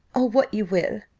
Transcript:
or what you will.